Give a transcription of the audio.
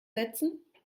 setzen